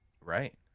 Right